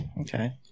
Okay